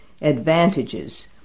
advantages